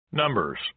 Numbers